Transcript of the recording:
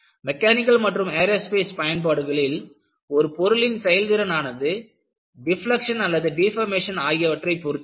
mechanical மற்றும் aerospace பயன்பாடுகளில் ஒரு பொருளின் செயல்திறன் ஆனது டிப்லக்க்ஷன் அல்லது டெபோர்மஷன் ஆகியவற்றைப் பொருத்தது